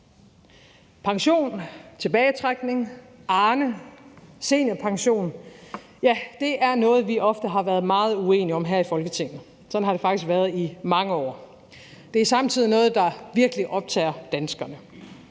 Pension, tilbagetrækning, Arnepension og seniorpension er noget, vi ofte har været meget uenige om her i Folketinget. Sådan har det faktisk været i mange år. Det er samtidig noget, der virkelig optager danskerne.